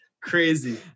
Crazy